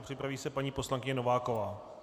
Připraví se paní poslankyně Nováková.